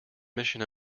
mission